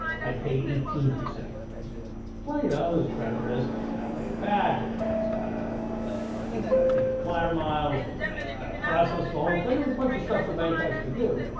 i pay eighteen. well, you know there's credit risk. i might not pay it back, and the bank's got to give me my frequent flyer miles and the bank's got to process the whole thing, a bunch of stuff the bank has to do.